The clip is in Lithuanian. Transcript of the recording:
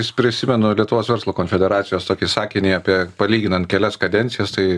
vis prisimenu lietuvos verslo konfederacijos tokį sakinį apie palyginant kelias kadencijas tai